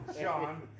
Sean